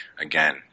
again